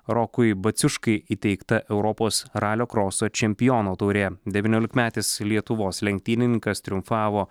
rokui baciuškai įteikta europos ralio kroso čempiono taurė devyniolimetis lietuvos lenktynininkas triumfavo